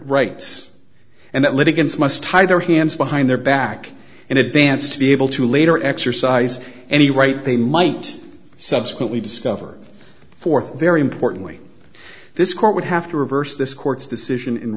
rights and that litigants must tie their hands behind their back in advance to be able to later exercise any right they might subsequently discover for very importantly this court would have to reverse this court's decision in